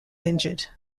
injured